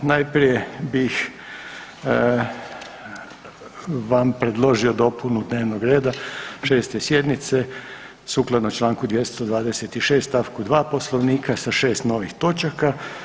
Najprije bih vam predložio dopunu dnevnog reda 6. sjednice sukladno čl. 226. stavku 2. Poslovnika sa 6 novih točaka.